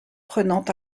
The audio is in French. prenant